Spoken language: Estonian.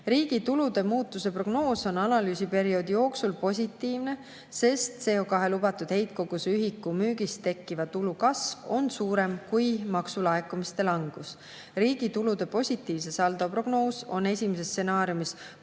Riigi tulude muutuse prognoos on analüüsiperioodi jooksul positiivne, sest CO2lubatud heitkoguse ühiku müügist tekkiva tulu kasv on suurem kui maksulaekumiste langus. Riigi tulude positiivse saldo prognoos on esimeses stsenaariumis 369